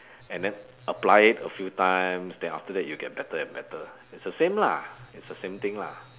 and then apply it a few times then after that you'll get better and better it's the same lah it's the same thing lah